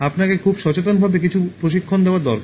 আপনাকে খুব সচেতনভাবে কিছু প্রশিক্ষণ দেওয়া দরকার